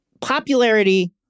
popularity